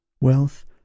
Wealth